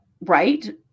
right